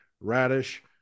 radish